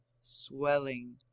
swelling